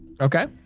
Okay